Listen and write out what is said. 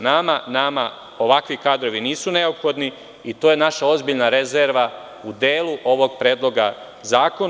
Nama ovakvi kadrovi nisu neophodni i to je naša ozbiljna rezerva u delu ovog predloga zakona.